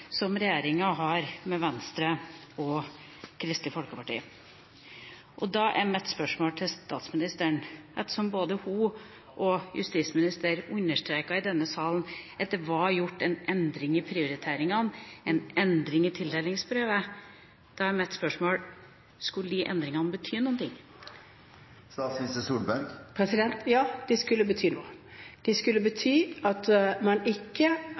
som regjeringen har med Venstre og Kristelig Folkeparti.» Ettersom både statsministeren og justisministeren i denne sal understreket at det var gjort en endring i prioriteringene, en endring i tildelingsbrevet, er mitt spørsmål til statsministeren: Skulle de endringene bety noen ting? Ja, de skulle bety noe. De skulle bety at man ikke